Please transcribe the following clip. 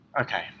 okay